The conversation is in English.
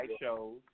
shows